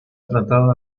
tratada